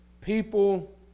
People